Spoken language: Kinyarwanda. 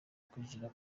kwinjira